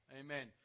Amen